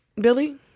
Billy